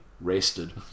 rested